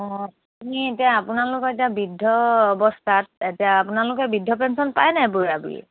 অঁ আপুনি এতিয়া আপোনালোকৰ এতিয়া বৃদ্ধ অৱস্থাত এতিয়া আপোনালোকে বৃদ্ধ পেঞ্চন পায় নাই বুঢ়া বুঢ়ায়ে